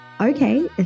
Okay